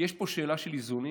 יש פה שאלה של איזונים,